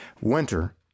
Winter